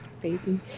baby